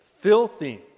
filthy